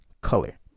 color